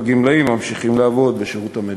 הגמלאים הממשיכים לעבוד בשירות המדינה.